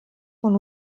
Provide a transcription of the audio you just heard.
von